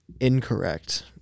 Incorrect